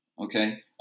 Okay